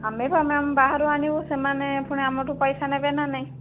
ଆମେ ବି ଆମେ ବାହାରୁ ଆଣିବୁ ସେମାନେ ପୁଣି ଆମଠୁ ପଇସା ନେବେ ନା ନାଇଁ